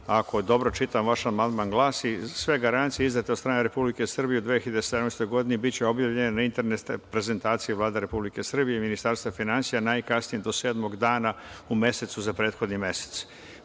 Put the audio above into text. Ako dobro čitam, vaš amandman glasi – sve garancije izdate od strane Republike Srbije u 2017. godini biće objavljene na internet prezentaciji Vlade Republike Srbije i Ministarstva finansija najkasnije do sedmog dana u mesecu za prethodni mesec. Mi